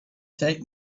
take